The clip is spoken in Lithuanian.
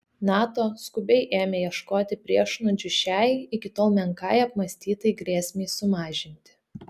nato skubiai ėmė ieškoti priešnuodžių šiai iki tol menkai apmąstytai grėsmei sumažinti